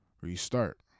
restart